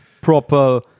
proper